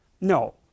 No